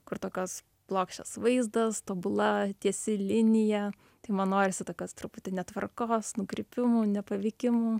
kur tokios plokščias vaizdas tobula tiesi linija tai man norisi tokios truputį netvarkos nukrypimų nepavykimų